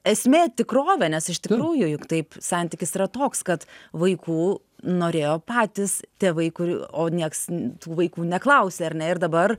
esmė tikrovė nes iš tikrųjų juk taip santykis yra toks kad vaikų norėjo patys tėvai kur o niekas tų vaikų neklausė ar ne ir dabar